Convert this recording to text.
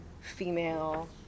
female